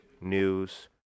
news